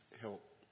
Help